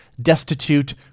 destitute